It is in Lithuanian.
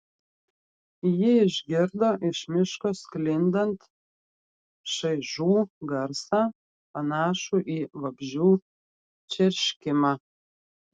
ji išgirdo iš miško sklindant šaižų garsą panašų į vabzdžių čerškimą